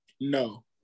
No